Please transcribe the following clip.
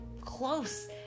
close